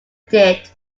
did